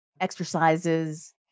exercises